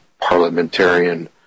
parliamentarian